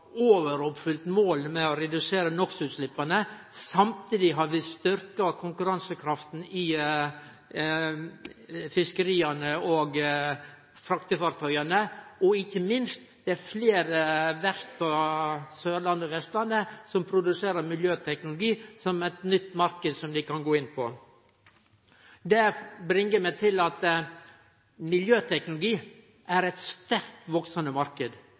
overoppfylt målet med å redusere NOX-utsleppa. Samtidig har vi styrkt konkurransekrafta i fiskeria og på fraktefartøya. Det er, ikkje minst, fleire verft på Sørlandet og Vestlandet som produserer miljøteknologi, som er ein ny marknad som dei kan gå inn på. Det bringar meg til at miljøteknologi er ein sterkt veksande